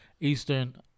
Eastern